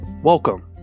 Welcome